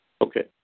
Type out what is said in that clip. Okay